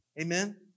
Amen